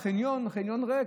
החניון ריק,